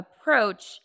Approach